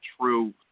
true